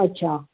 अच्छा